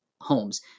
homes